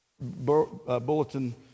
bulletin